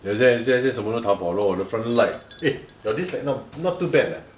现现现在什么都 Taobao lor 我的 friend light eh your this light not too not too bad eh